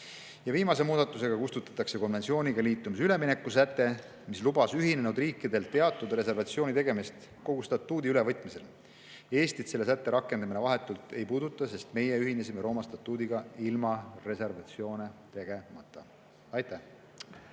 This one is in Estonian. Viimase muudatusega kustutatakse konventsiooniga liitumise üleminekusäte, mis lubas ühinenud riikidel teha teatud reservatsioone kogu statuudi ülevõtmisel. Eestit selle sätte rakendamine vahetult ei puuduta, sest meie ühinesime Rooma statuudiga ilma reservatsioone tegemata. Aitäh!